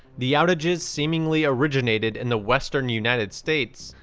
the outages seemingly originated in the western united states,